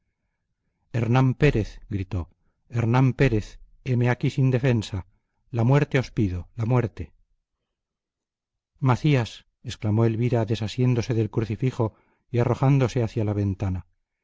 hernán pérez gritó hernán pérez heme aquí sin defensa la muerte os pido la muerte macías exclamó elvira desasiéndose del crucifijo y arrojándose hacía la ventana